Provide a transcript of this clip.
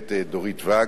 הגברת דורית ואג,